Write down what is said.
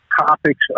topics